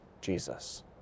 Jesus